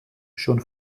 schon